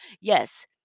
Yes